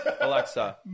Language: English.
Alexa